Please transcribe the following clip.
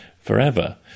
forever